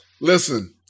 listen-